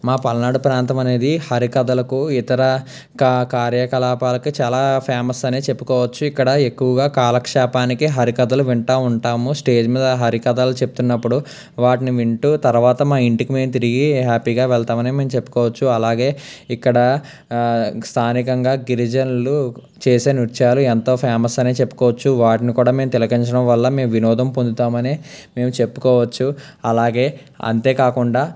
మా పల్నాడు ప్రాంతం అనేది హరికథలకు ఇతర కా కార్యకలాపాలకు చాలా ఫేమస్ అని చెప్పుకోవచ్చు ఇక్కడ ఎక్కువగా కాలక్షేపానికి హరికథలు వింటా ఉంటాము స్టేజ్ మీద హరికథలు చెబుతున్నప్పుడు వాటిని వింటూ తర్వాత మా ఇంటికి మేము తిరిగి హ్యాపీగా వెళ్తామని మేము చెప్పుకోవచ్చు అలాగే ఇక్కడ స్థానికంగా గిరిజనులు చేసే నృత్యాలు ఎంతో ఫేమస్ అని చెప్పుకోవచ్చు వాటిని కూడా మేము తిలకించడం వల్ల మేము వినోదం పొందుతామని మేము చెప్పుకోవచ్చు అలాగే అంతేకాకుండా